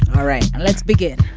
all right, let's begin